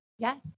Yes